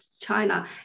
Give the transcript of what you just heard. China